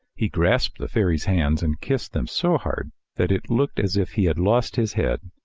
he grasped the fairy's hands and kissed them so hard that it looked as if he had lost his head.